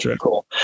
cool